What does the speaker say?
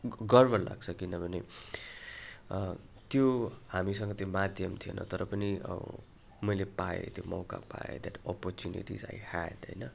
ग गर्व लाग्छ किनभने त्यो हामीसँग त्यो माध्यम थिएन तर पनि अब मैले पाएँ त्यो मौका पाएँ द्याट अपरच्युनिटिज आई ह्याड होइन